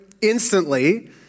instantly